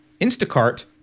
Instacart